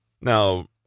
Now